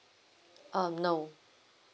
um no